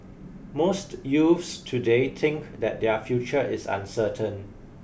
most youths today think that their future is uncertain